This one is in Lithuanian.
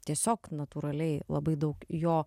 tiesiog natūraliai labai daug jo